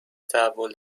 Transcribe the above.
تحول